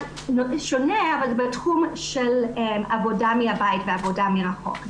שונה אבל זה בתחום של עבודה מהבית ועבודה מרחוק.